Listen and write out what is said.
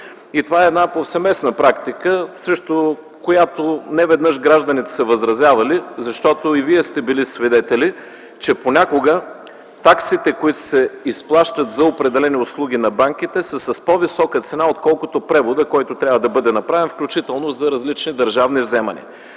Това е една повсеместна практика, срещу която гражданите неведнъж са възразявали. И вие сте били свидетели, че понякога таксите, които се изплащат за определени услуги на банките са с по-висока цена, отколкото превода, който трябва да бъде направен, включително за различни държавни вземания.